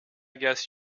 guess